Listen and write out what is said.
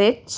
ਵਿੱਚ